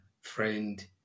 friend